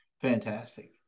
Fantastic